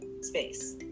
space